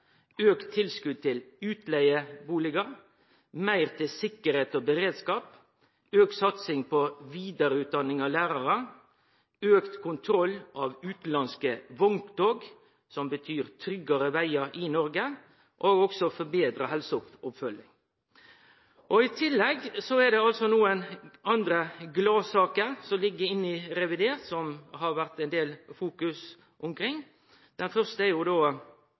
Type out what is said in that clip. tilskot til utleigebustader, meir til sikkerheit og beredskap, auka satsing på vidareutdanning av lærarar, auka kontroll av utanlandske vogntog, som betyr tryggare vegar i Noreg, og forbetra helseoppfølging. I tillegg er det nokre andre gladsaker som ligg inne i revidert, som det har vore ein del fokus omkring. Den første er særavgifta på båtmotorar, som blei innført i 1978. Då